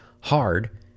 hard